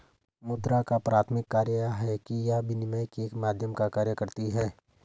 मुद्रा का प्राथमिक कार्य यह है कि यह विनिमय के माध्यम का कार्य करती है